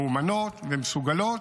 מאומנות ומסוגלות.